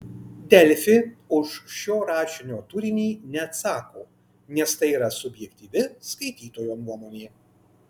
delfi už šio rašinio turinį neatsako nes tai yra subjektyvi skaitytojo nuomonė